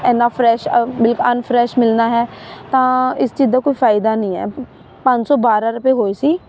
ਐਨਾ fresh unfresh ਮਿਲਣਾ ਹੈ ਤਾਂ ਇਸ ਚੀਜ਼ ਦਾ ਕੋਈ ਫਾਇਦਾ ਨਹੀਂ ਹੈ ਪੰਜ ਸੌ ਬਾਰਾਂ ਰੁਪਏ ਹੋਏ ਸੀ